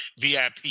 VIP